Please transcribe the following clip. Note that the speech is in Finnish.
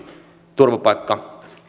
turvapaikka